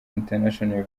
international